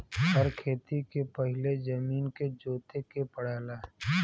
हर खेती के पहिले जमीन के जोते के पड़ला